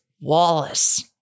Wallace